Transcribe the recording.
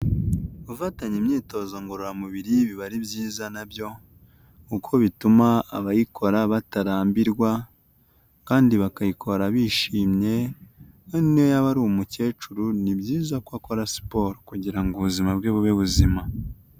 Gufatanya imyitozo ngororamubiri biba ari byiza na byo, kuko bituma abayikora batarambirwa kandi bakayikora bishimye, niyo yaba ari umukecuru ni byiza ko akora siporo kugira ubuzima bwe bube buzima.